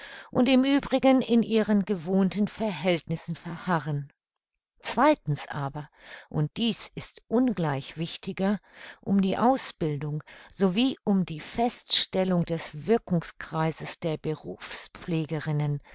und im uebrigen in ihren gewohnten verhältnissen verharren zweitens aber und dies ist ungleich wichtiger um die ausbildung sowie um die feststellung des wirkungskreises der